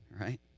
right